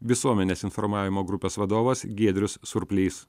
visuomenės informavimo grupės vadovas giedrius surplys